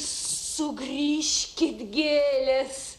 sugrįžkit gėlės